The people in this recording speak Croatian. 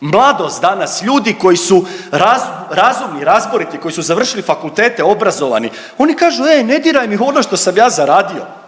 Mladost danas, ljudi koji su razumni, razboriti, koji su završili fakultete, obrazovani oni kažu ej ne diraj mi ono što sam ja zaradio.